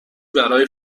برای